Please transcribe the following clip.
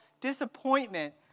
disappointment